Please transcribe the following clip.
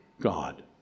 God